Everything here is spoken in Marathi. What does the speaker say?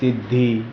सिद्धी